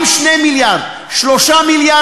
אם 2 מיליארד, 3 מיליארד,